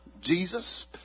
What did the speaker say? Jesus